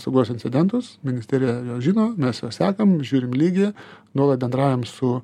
saugos incidentus ministerija juos žino mes juos sekam žiūrim lygį nuolat bendraujam su